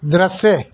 दृश्य